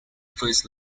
first